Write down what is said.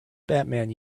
batman